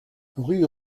rue